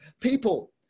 people